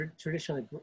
traditionally